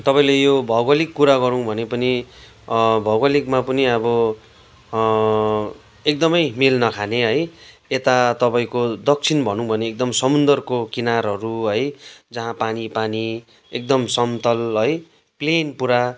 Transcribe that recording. तपाईँले यो भौगोलिक कुरा गरौँ भने पनि भौगोलिकमा पनि अब एकदमै मेल नखाने है यता तपाईँको दक्षिण भनौँ भने एकदम समुद्रको किनारहरू है जहाँ पानी पानी एकदम समतल है प्लेन पुरा